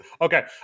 okay